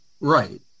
Right